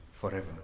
forever